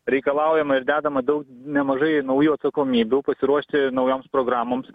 reikalaujama ir dedama daug nemažai naujų atsakomybių pasiruošti naujoms programoms